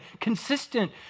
consistent